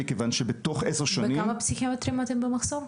מכיוון שבתוך עשר שנים --- בכמה פסיכיאטרים אתם במחסור?